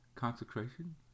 Consecration